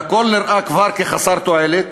והכול נראה כבר כחסר תועלת,